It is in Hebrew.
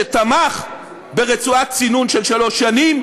שתמך ברצועת צינון של שלוש שנים,